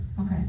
Okay